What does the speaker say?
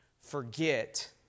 forget